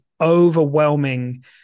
overwhelming